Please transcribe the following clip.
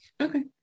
okay